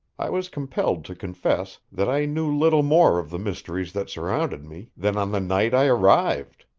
i was compelled to confess that i knew little more of the mysteries that surrounded me than on the night i arrived.